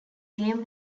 game